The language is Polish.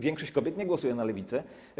Większość kobiet nie głosuje na lewicę.